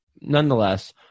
nonetheless